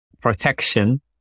protection